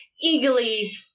eagerly